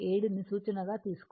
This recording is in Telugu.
7 ని సూచనగా తీసుకోవాలి